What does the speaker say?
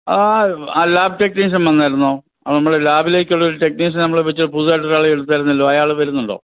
ആ ആ lab technician വന്നായിരുന്നോ അത് നമ്മൾ ലാബിലേക്കുള്ളൊരു ടെക്നീഷ്യനെ നമ്മൾ വെച്ച് പുതുതായിട്ടുള്ള ഒരാളെ എടുത്തായിരുന്നല്ലോ അയാൾ വരുന്നുണ്ടോ